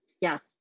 Yes